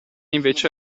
invece